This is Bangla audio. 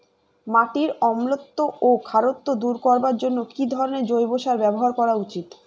মাটির অম্লত্ব ও খারত্ব দূর করবার জন্য কি ধরণের জৈব সার ব্যাবহার করা উচিৎ?